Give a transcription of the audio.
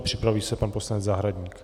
Připraví se pan poslanec Zahradník.